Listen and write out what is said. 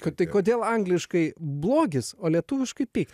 kad tai kodėl angliškai blogis o lietuviškai pyktis